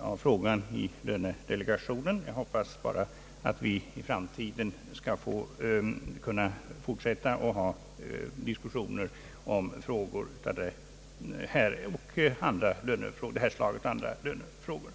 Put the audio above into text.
att frågan inte besvarades i lönedelegationen. Jag hoppas att vi i framtiden skall kunna fortsätta med diskussioner både om frågor av detta slag och om andra lönefrågor.